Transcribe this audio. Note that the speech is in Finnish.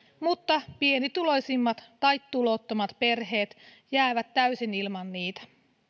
mutta pienituloisimmat tai tulottomat perheet jäävät täysin ilman niitä